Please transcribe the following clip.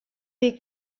dir